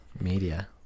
media